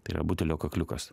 tai yra butelio kakliukas